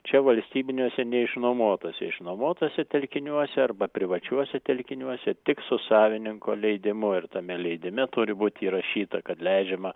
čia valstybiniuose neišnuomotuose išnuomotuose telkiniuose arba privačiuose telkiniuose tik su savininko leidimu ir tame leidime turi būt įrašyta kad leidžiama